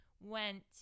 went